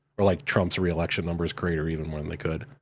or, like, trump's reelection numbers crater even more than they could.